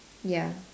ya